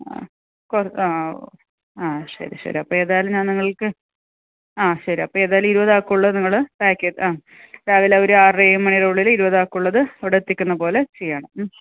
ആ കൊറ് ആ ആ ശരി ശരി അപ്പോൾ ഏതായാലും ഞാൻ നിങ്ങൾക്ക് ആ ശരി അപ്പോൾ ഏതായാലും ഇരുപതാക്കുള്ളത് നിങ്ങൾ പായ്ക്ക് ചെയ്ത് രാവിലൊരു ആറര ഏഴ് മണീടെയുള്ളിൽ ഇരുപതാക്കുള്ളത് ഇവിടെ എത്തിക്കുന്ന പോലെ ചെയ്യണം